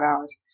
hours